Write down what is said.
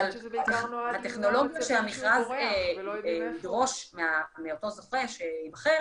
לטכנולוגיה שהמכרז ידרוש מאותו זוכה שייבחר